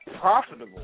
profitable